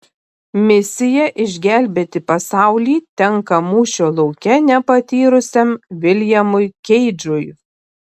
misija išgelbėti pasaulį tenka mūšio lauke nepatyrusiam viljamui keidžui